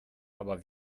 aber